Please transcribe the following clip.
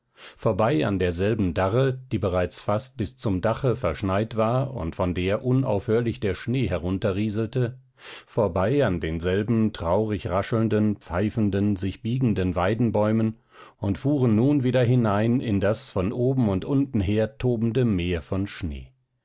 vorbei an derselben darre die bereits fast bis zum dache verschneit war und von der unaufhörlich der schnee herunterrieselte vorbei an denselben traurig raschelnden pfeifenden sich biegenden weidenbäumen und fuhren nun wieder hinein in das von oben und unten her tobende meer von schnee